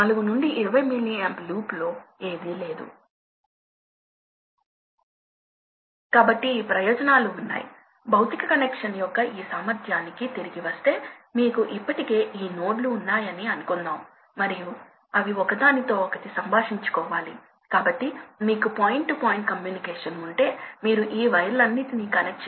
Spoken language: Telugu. కాబట్టి మీరు దాన్ని స్విచ్ ఆన్ చేసిన క్షణం కొంత ప్రవాహం ఏర్పడుతుంది దాన్ని స్విచ్ ఆఫ్ చేసిన క్షణం ఆ ప్రవాహం పడిపోతుంది ఇది ఒక అంచనా వాస్తవానికి ప్రవాహం వేగంగా పెరుగుతుంది మరియు వేగంగా తగ్గుతుంది కాబట్టి మీరు స్క్వేర్ వేవ్ గా అంచనా వేయండి